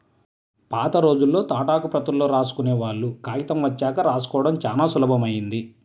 పాతరోజుల్లో తాటాకు ప్రతుల్లో రాసుకునేవాళ్ళు, కాగితం వచ్చాక రాసుకోడం చానా సులభమైంది